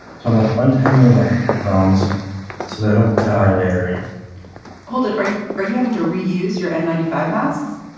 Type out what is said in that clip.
so i'm like untangling my phones so that i don't dilator hold it. are you are you having to re-use your n ninety five masks?